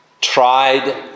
tried